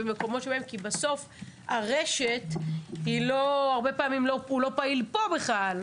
כי בסוף הרשת הרבה פעמים הוא לא פעיל פה בכלל.